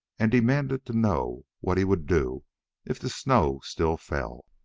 and demanded to know what he would do if the snow still fell.